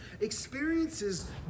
experiences